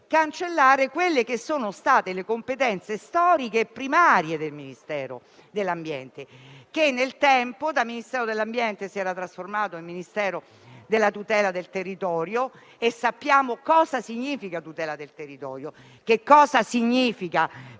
cancellare quelle che sono state le competenze storiche e primarie del Ministero dell'ambiente, che nel tempo si era trasformato in Ministero della tutela del territorio - sappiamo cosa significa tutela del territorio, cosa significa governare e